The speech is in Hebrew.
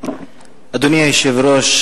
אדוני היושב-ראש,